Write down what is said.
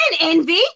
Envy